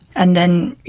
and then,